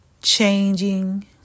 changing